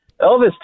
Elvis